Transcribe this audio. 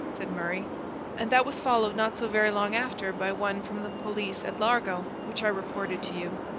said murray and that was followed not so very long after by one from the police at largo, which i reported to you.